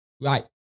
right